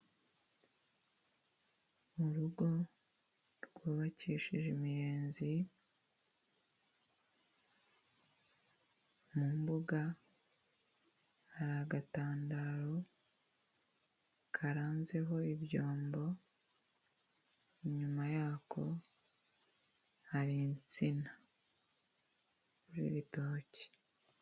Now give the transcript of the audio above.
Mu rugo rwubakishije imiyezi, mu mbuga hari agatandaro karanzeho ibyombo, inyuma yako hari itsina z'ibitoki.